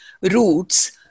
roots